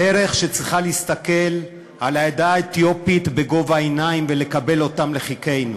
הדרך שצריכה להסתכל על העדה האתיופית בגובה העיניים ולקבל אותם לחיקנו,